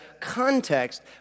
context